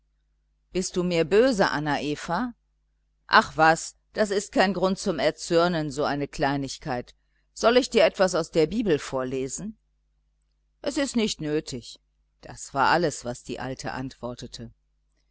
bist du mir böse anna eva ach was das ist kein grund zum erzürnen so eine kleinigkeit soll ich dir etwas aus der bibel vorlesen es ist nicht nötig das war alles was die alte antwortete